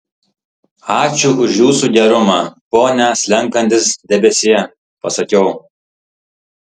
ačiū už jūsų gerumą pone slenkantis debesie pasakiau